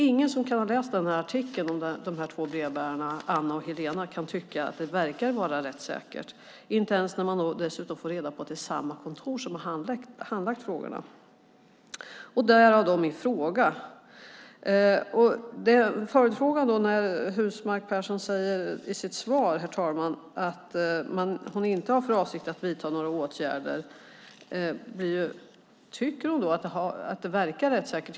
Ingen som har läst artikeln om de två brevbärarna, Anna och Helena, kan tycka att det verkar vara rättssäkert, i synnerhet inte när man dessutom får reda på att det är samma kontor som har handlagt frågorna - därav min fråga. Herr talman! Husmark Pehrsson säger i sitt svar att hon inte har för avsikt att vidta några åtgärder. Följdfrågan blir då om hon tycker att detta verkar rättssäkert.